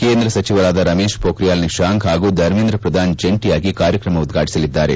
ಕೇಂದ್ರ ಸಚಿವರಾದ ರಮೇಶ್ ಪೊಕ್ರಿಯಾಲ್ ನಿಶಾಂಕ್ ಹಾಗೂ ಧರ್ಮೇಂದ್ರ ಪ್ರಧಾನ್ ಜಂಟಯಾಗಿ ಕಾರ್ಯಕ್ರಮ ಉದ್ವಾಟಸಲಿದ್ದಾರೆ